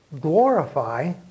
glorify